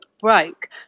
broke